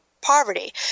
poverty